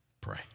pray